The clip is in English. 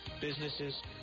businesses